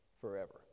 forever